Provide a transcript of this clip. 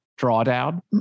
drawdown